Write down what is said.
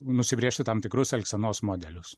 nusibrėžti tam tikrus elgsenos modelius